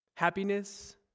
Happiness